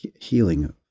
healing